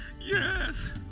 Yes